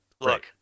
Look